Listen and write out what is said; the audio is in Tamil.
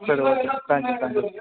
சரி okay thank you thank you